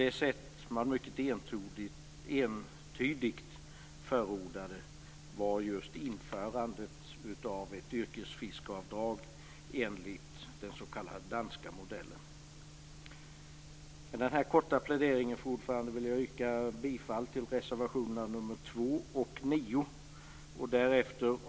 Det som man mycket entydigt förordade var just införandet av ett yrkesfiskaravdrag enligt den s.k. danska modellen. Med den här korta pläderingen, fru talman, vill jag yrka bifall till reservationerna nr 2 och 9.